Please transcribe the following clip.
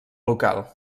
local